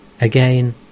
Again